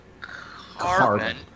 carbon